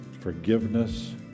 forgiveness